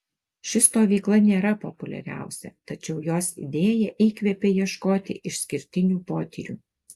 ši stovykla nėra populiariausia tačiau jos idėja įkvepia ieškoti išskirtinių potyrių